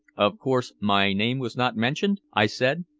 of course my name was not mentioned? i said.